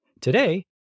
Today